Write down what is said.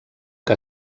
que